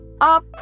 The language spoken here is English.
up